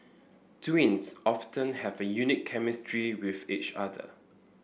twins often have a unique chemistry with each other